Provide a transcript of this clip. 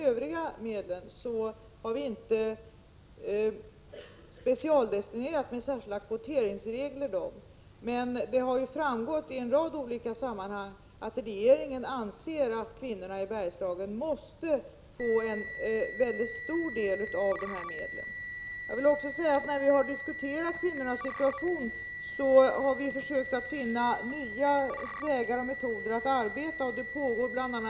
Övriga stödmedel har vi inte specialdestinerat med särskilda kvoteringsregler, men det har framgått i en rad olika sammanhang att regeringen anser att kvinnorna i Bergslagen måste få en mycket stor del av dessa medel. När vi har diskuterat kvinnornas situation, har vi försökt finna nya vägar och Prot. 1986/87:75 metoder att arbeta efter. Bl.